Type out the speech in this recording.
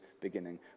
beginning